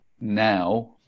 now